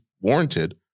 warranted